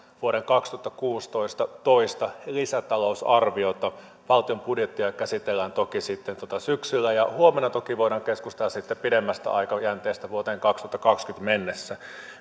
vuoden kaksituhattakuusitoista toista lisätalousarviota valtion budjettia käsitellään toki sitten syksyllä huomenna toki voidaan keskustella sitten pidemmästä aikajänteestä vuoteen kaksituhattakaksikymmentä mennessä